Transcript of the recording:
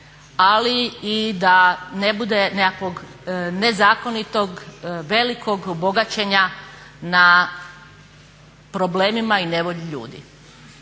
ali i da ne bude nekakvog nezakonitog velikog bogaćenja na problemima i nevolji ljudi.